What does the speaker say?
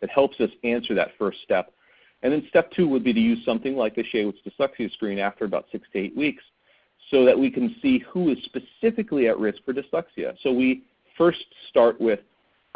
it helps us answer that first step and then step two would be to use something like the shaywitz dyslexiascreen after about six to eight weeks so that we can see who is specifically at-risk for dyslexia. so we first start with